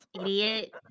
idiot